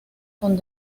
con